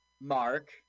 mark